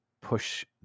push